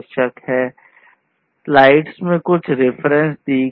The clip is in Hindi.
These are some of these references given in the slide slides में कुछ रिफरेंस दी गई हैं